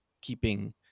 keeping